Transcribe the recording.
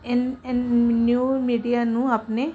news media ਨੂੰ ਆਪਣੇ